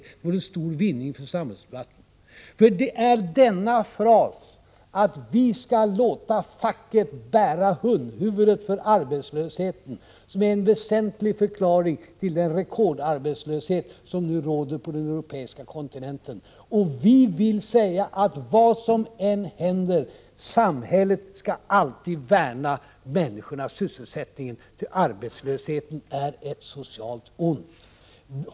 Det vore en stor vinning för samhällsdebatten, för det är denna fras, att ni skall låta facket bära hundhuvudet för arbetslösheten, som är en väsentlig förklaring till den rekordarbetslöshet som nu råder på den europeiska kontinenten. Vi säger att vad som än händer, skall samhället värna människornas sysselsättning, ty arbetslösheten är ett socialt ont.